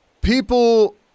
People